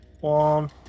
One